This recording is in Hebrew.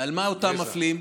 על מה אותם מפלים?